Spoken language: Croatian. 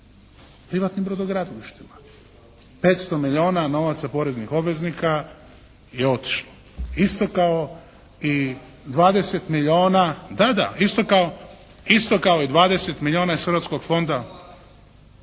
Privatnim brodogradilištima. 500 milijuna novaca poreznih obveznika je otišlo isto kao i 20 milijuna, da, da,